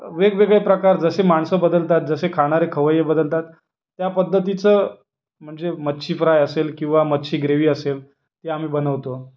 वेगवेगळे प्रकार जसे माणसं बदलतात जसे खाणारे खवय्ये बदलतात त्या पद्धतीचं म्हणजे मच्छी फ्राय असेल किंवा मच्छी ग्रेवी असेल हे आम्ही बनवतो